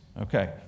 Okay